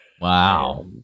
Wow